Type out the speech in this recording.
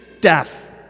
death